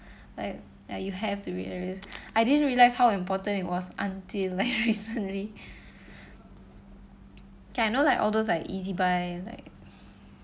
I didn't realise how important it was until like recently okay know like all those like EZbuy like